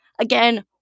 Again